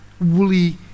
woolly